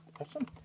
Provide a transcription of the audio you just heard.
Awesome